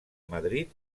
madrid